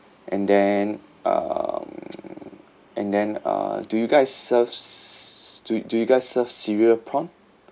and then um and then uh do you guys serves do do you guys serve cereal prawn